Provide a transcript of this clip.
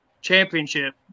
championship